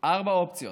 ארבע אופציות.